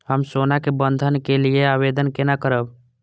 हम सोना के बंधन के लियै आवेदन केना करब?